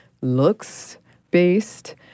looks-based